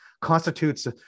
constitutes